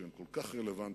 שהן כל כך רלוונטיות,